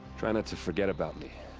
try not to forget about me.